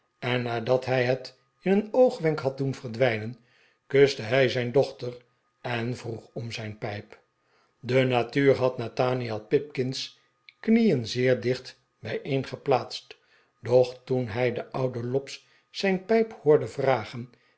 en nadat hij het in een oogwenk had doen verdwijnen kuste hij zijn dochter en vroeg om zijn pijp de natuur had nathaniel pipkin's kriieen zeer dicht bijeengeplaatst doch toen hij den ouden lobbs zijn pijp hoorde vragen